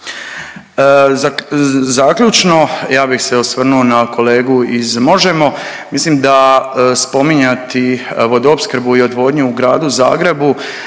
Zaključno, ja bih se osvrnuo na kolegu iz Možemo!, mislim da spominjati Vodoopskrbu i odvodnju u gradu Zagrebu